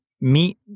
meet